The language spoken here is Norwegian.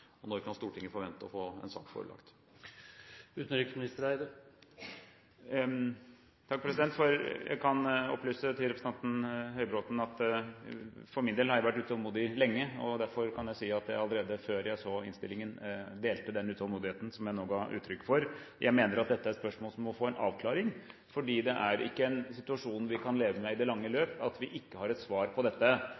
og når kan Stortinget forvente å få seg en sak forelagt? Jeg kan opplyse til representanten Høybråten at jeg for min del har vært utålmodig lenge. Derfor kan jeg si at jeg allerede før jeg så innstillingen, delte den utålmodigheten som jeg nå ga uttrykk for. Jeg mener at dette er et spørsmål som må få en avklaring, for det at vi ikke har et svar på dette, er ikke en situasjon vi kan leve med i det lange